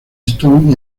stone